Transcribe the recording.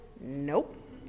Nope